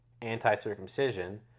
anti-circumcision